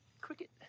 Cricket